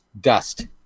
dust